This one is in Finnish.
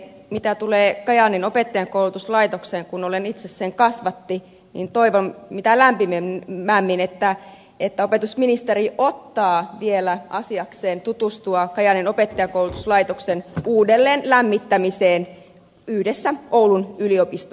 mitä tulee kajaanin opettajankoulutuslaitokseen kun olen itse sen kasvatti niin toivon mitä lämpimimmin että opetusministeri ottaa vielä asiakseen tutustua kajaanin opettajankoulutuslaitoksen uudelleen lämmittämiseen yhdessä oulun yliopiston kanssa